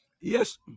yes